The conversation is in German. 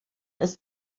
ist